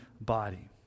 body